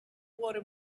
water